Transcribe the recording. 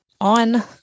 on